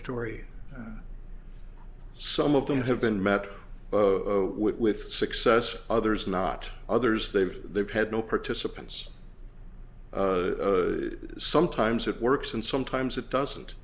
amatory some of them have been met with success others not others they've they've had no participants sometimes it works and sometimes it doesn't